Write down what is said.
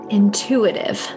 intuitive